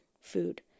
food